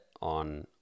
on